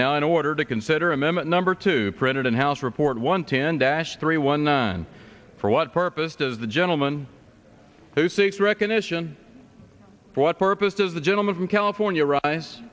now in order to consider a member number two printed in house report one ten dash three one nine for what purpose does the gentleman who seeks recognition for what purpose of the gentleman from california ari